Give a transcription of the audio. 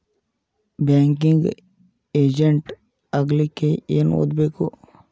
Banking agent ಆಗ್ಲಿಕ್ಕೆ ಏನ್ ಓದ್ಬೇಕು?